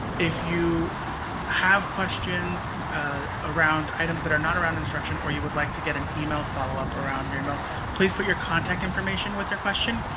if you have questions ah around items that are not around instruction or you would like to get an email follow up around your email please put your contact information with your question.